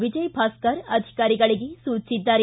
ವಿಜಯ ಭಾಸ್ಕರ್ ಅಧಿಕಾರಿಗಳಿಗೆ ಸೂಚಿಸಿದ್ದಾರೆ